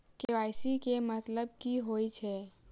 KYC केँ मतलब की होइ छै?